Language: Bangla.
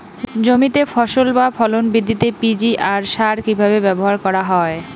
জমিতে ফসল বা ফলন বৃদ্ধিতে পি.জি.আর সার কীভাবে ব্যবহার করা হয়?